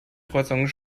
kreuzung